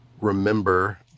remember